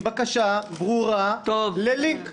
אז אני מציע שנלך לראש הממשלה עם בקשה ברורה ללינק ומקסימום,